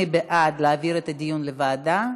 מי בעד להעביר את הדיון לוועדה?